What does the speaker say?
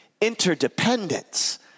interdependence